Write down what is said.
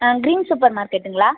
ஆ green super மார்க்கெட்டுங்களா